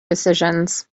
decisions